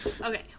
Okay